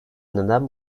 neden